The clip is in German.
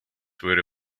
würde